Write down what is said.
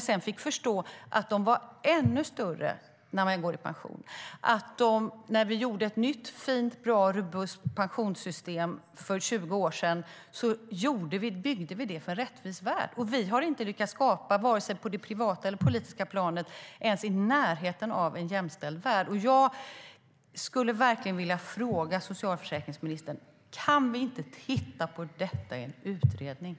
Sedan förstod jag att de är ännu större när man går i pension. Jag skulle verkligen vilja fråga socialförsäkringsministern: Kan vi inte titta på detta i en utredning?